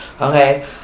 Okay